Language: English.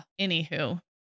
Anywho